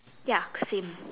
ya same